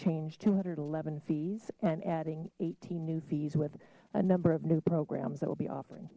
change two hundred eleven fees and adding eighteen new fees with a number of new programs that will be offering